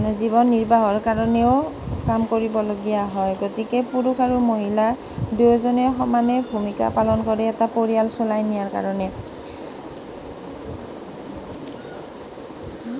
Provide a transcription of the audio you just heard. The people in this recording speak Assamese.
জীৱন নিৰ্বাহৰ কাৰণেও কাম কৰিবলগীয়া হয় গতিকে পুৰুষ আৰু মহিলাই দুয়োজনে সমানে ভূমিকা পালন কৰে এটা পৰিয়াল চলাই নিয়াৰ কাৰণে